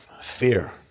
Fear